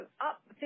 up